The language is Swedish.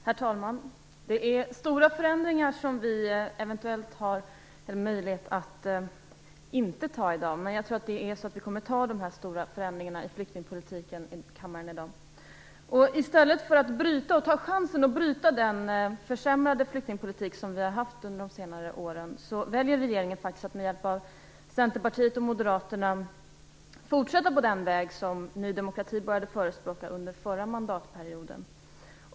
Herr talman! Det är stora förändringar som vi har möjlighet att inte anta i dag, men jag tror att vi kommer att anta de stora förändringarna i flyktingpolitiken i kammaren. Och i stället för att ta chansen att bryta den försämrade flyktingpolitik som vi har haft de senaste åren, väljer regeringen att med hjälp av Centerpartiet och Moderaterna fortsätta på den väg Ny demokrati började förespråka under förra mandatperioden.